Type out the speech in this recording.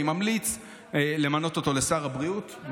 אני ממליץ למנות אותו לשר הבריאות.